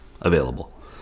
available